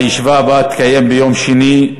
הישיבה הבאה תתקיים ביום שני,